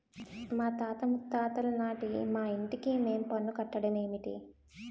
మాతాత ముత్తాతలనాటి మా ఇంటికి మేం పన్ను కట్టడ మేటి